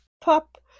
Pop